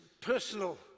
personal